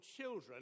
children